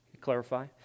Clarify